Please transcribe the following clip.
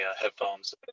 headphones